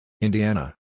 Indiana